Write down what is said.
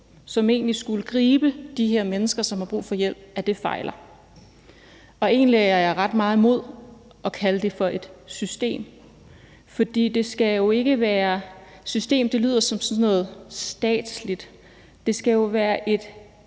som egentlig skulle gribe de her mennesker, som har brug for hjælp, fejler. Egentlig er jeg ret meget imod at kalde det for et system, for system lyder som sådan noget statsligt. Det skal jo være et netværk